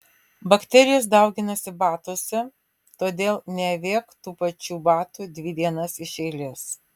bakterijos dauginasi batuose todėl neavėk tų pačių batų dvi dienas iš eilės